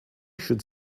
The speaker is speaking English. should